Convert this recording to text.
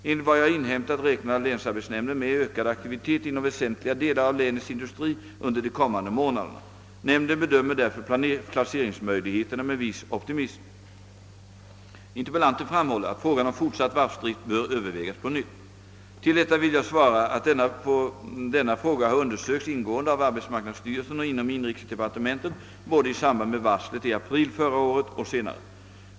Enligt vad jag har inhämtat räknar länsarbetsnämnden med ökad aktivitet inom väsentliga delar av länets industri under de kommande månaderna. Nämnden bedömer därför placeringsmöjligheterna med viss optimism. Interpellanten framhåller att frågan om fortsatt varvsdrift bör övervägas på nytt. På detta vill jag svara att denna fråga har undersökts ingående av arbetsmarknadsstyrelsen och inom inri kesdepartementet både i samband med varslet i april förra året och senare.